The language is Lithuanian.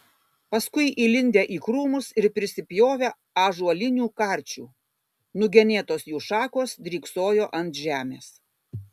paskui įlindę į krūmus ir prisipjovę ąžuolinių karčių nugenėtos jų šakos dryksojo ant žemės